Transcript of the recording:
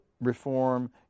reform